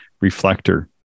reflector